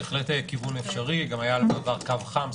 בהחלט כיוון אפשרי, גם היה בעבר קו חם.